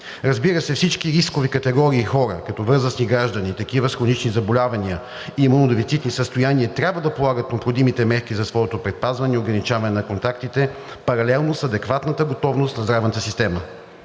Разбира се, всички рискови категории хора, като възрастни граждани, такива с хронични заболявания и имунодефицитни състояния, трябва да полагат необходимите мерки за своето предпазване и ограничаване на контактите паралелно с адекватната готовност на здравната система.